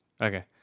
Okay